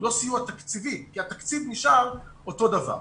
הוא לא סיוע תקציבי כי התקציב נשאר אותו הדבר.